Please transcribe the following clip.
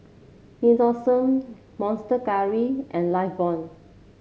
Nixoderm Monster Curry and Lifebuoy